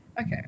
Okay